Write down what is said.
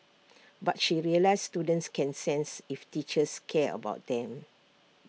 but she realised students can sense if teachers care about them